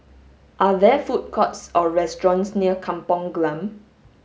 are there food courts or restaurants near Kampong Glam